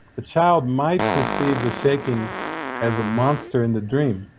the child might perceive the shaking as a monster in the dream,